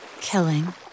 Killing